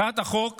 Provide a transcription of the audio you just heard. הצעת החוק